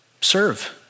serve